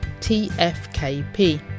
tfkp